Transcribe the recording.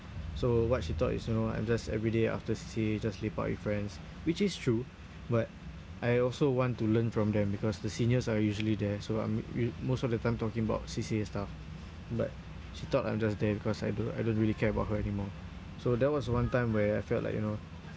so what she thought is you know I'm just everyday after C_C_A just lepak with friends which is true but I also want to learn from them because the seniors are usually there so I'm we we most of the time talking about C_C_A stuff but she thought I'm just there because I don't I don't really care about her anymore so that was one time where I felt like you know